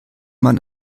man